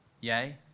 yay